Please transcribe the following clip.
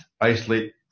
isolate